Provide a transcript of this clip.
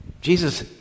Jesus